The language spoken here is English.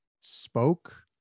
spoke